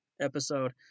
episode